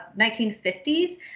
1950s